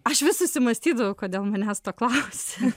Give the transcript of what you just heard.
aš vis susimąstydavau kodėl manęs to klausia